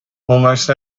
almost